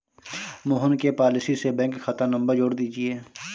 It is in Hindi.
मोहन के पॉलिसी से बैंक खाता नंबर जोड़ दीजिए